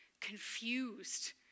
confused